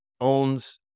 owns